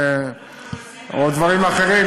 או דברים אחרים,